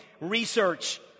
Research